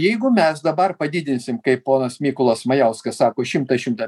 jeigu mes dabar padidinsim kaip ponas mykolas majauskas sako šimtą šimtą